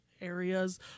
areas